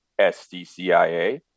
sdcia